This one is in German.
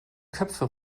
köpfe